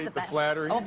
the flattery.